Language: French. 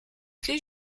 clés